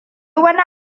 wani